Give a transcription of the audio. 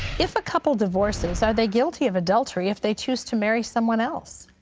if a couple divorces, are they guilty of adultery if they choose to marry someone else.